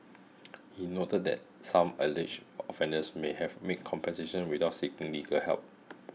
he noted that some alleged offenders may have made compensations without seeking legal help